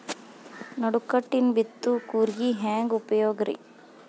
ನಡುಕಟ್ಟಿನ ಬಿತ್ತುವ ಕೂರಿಗೆ ಹೆಂಗ್ ಉಪಯೋಗ ರಿ?